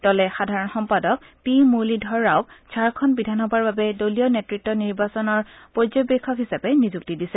দলে সাধাৰণ সম্পাদক পি মুৰলী ধৰ ৰাওঁক ঝাৰখণ্ড বিধানসভাৰ বাবে দলীয় নেতৃত্ব নিৰ্বাচন পৰ্যবেক্ষক হিচাপে নিযুক্তি দিছে